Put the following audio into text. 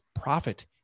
profit